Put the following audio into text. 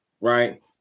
Right